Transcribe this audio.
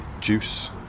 Juice